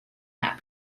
that